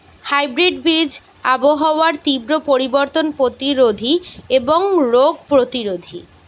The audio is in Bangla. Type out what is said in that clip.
হাইব্রিড বীজ আবহাওয়ার তীব্র পরিবর্তন প্রতিরোধী এবং রোগ প্রতিরোধী